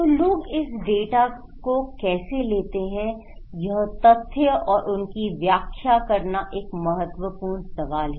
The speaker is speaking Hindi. तो लोग इस डेटा को कैसे लेते हैं यह तथ्य और उनकी व्याख्या करना एक महत्वपूर्ण सवाल है